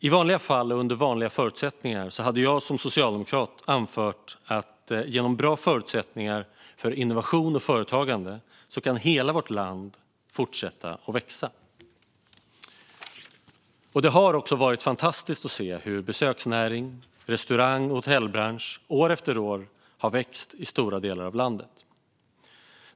I vanliga fall och under vanliga förutsättningar hade jag som socialdemokrat anfört att hela vårt land genom bra förutsättningar för innovation och företagande kan fortsätta att växa. Det har också varit fantastiskt att se hur besöksnäringen och restaurang och hotellbranschen år efter år har vuxit i stora delar av landet.